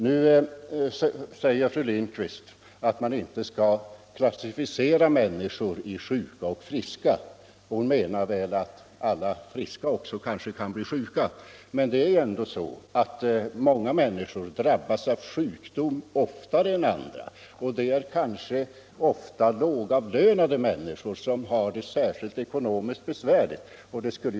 Nu säger fru Lindquist att man inte skall klassificera människor i sjuka och friska. Hon menade väl att alla friska kanske också kan bli sjuka. Men det är ändå så att många människor drabbas av sjukdom oftare än andra, och det gäller kanske mest lågavlönade personer som har det ekonomiskt särskilt svårt.